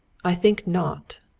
i think not.